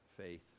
faith